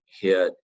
hit